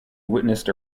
witnessed